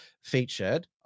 featured